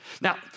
Now